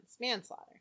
manslaughter